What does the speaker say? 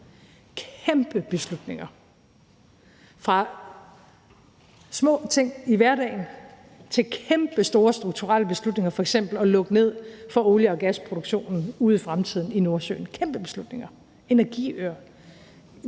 kæmpe beslutninger, fra små ting i hverdagen til kæmpestore strukturelle beslutninger, f.eks. at lukke ned for olie- og gasproduktionen i Nordsøen ude i fremtiden. Det er kæmpe beslutninger om f.eks.